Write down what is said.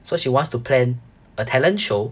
so she wants to plan a talent show